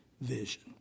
vision